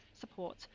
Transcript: support